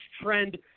trend